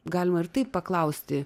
galima ir taip paklausti